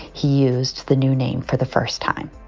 he used the new name for the first time.